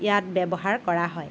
ইয়াত ব্যৱহাৰ কৰা হয়